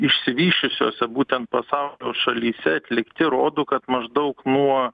išsivysčiusiose būtent pasaulio šalyse atlikti rodo kad maždaug nuo